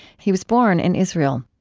he was born in israel